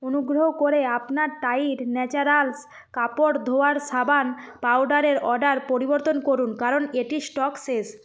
অনুগ্রহ করে আপনার টাইড ন্যাচারালস কাপড় ধোয়ার সাবান পাউডারের অর্ডার পরিবর্তন করুন কারণ এটির স্টক শেষ